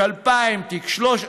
תיק 2000,